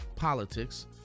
politics